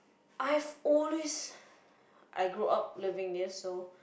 I've always I grow up loving this so